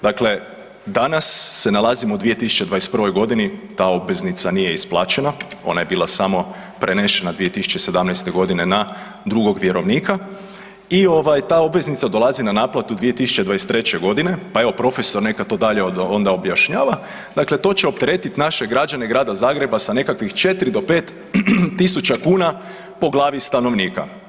Dakle, danas se nalazimo u 2021.g., ta obveznica nije isplaćena, ona je bila samo prenešena 2017.g. na drugog vjerovnika i ovaj ta obveznica dolazi na naplatu 2023.g., pa evo profesor neka to dalje onda objašnjava, dakle to će opteretit naše građane Grada Zagreba sa nekakvih 4 do 5.000 kuna po glavi stanovnika.